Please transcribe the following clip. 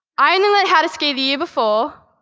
i only learned how to ski the year before,